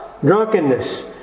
drunkenness